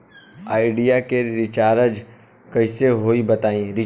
Idea के recharge कइसे होई बताईं?